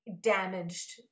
damaged